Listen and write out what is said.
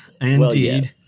indeed